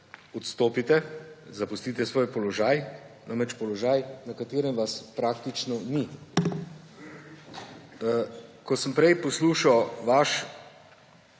odstopite, zapustite svoj položaj. Namreč položaj, na katerem vas praktično ni. Ko sem prej poslušal vaše